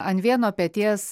ant vieno peties